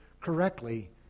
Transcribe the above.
correctly